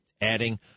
adding